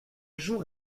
jour